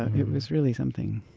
it was really something